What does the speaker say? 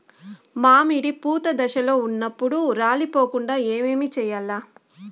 మామిడి పూత దశలో ఉన్నప్పుడు రాలిపోకుండ ఏమిచేయాల్ల?